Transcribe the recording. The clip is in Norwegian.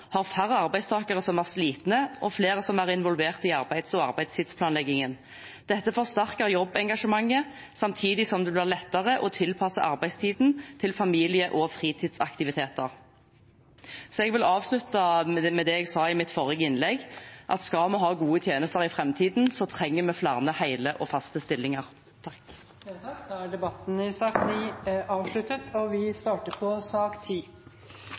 arbeidstidsplanleggingen. Dette forsterker jobbengasjementet, samtidig som det blir lettere å tilpasse arbeidstiden til familie- og fritidsaktiviteter.» Jeg vil avslutte med det jeg sa i mitt forrige innlegg: Skal vi ha gode tjenester i framtiden, trenger vi flere hele og faste stillinger. Flere har ikke bedt om ordet til sak nr. 9. Etter ønske fra arbeids- og